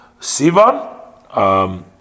Sivan